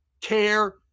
Care